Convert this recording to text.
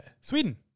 Sweden